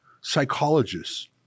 Psychologists